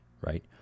right